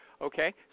okay